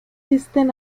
visten